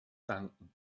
danken